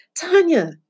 Tanya